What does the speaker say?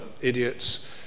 idiots